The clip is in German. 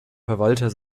verwalter